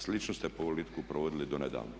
Sličnu ste politiku provodili do nedavno.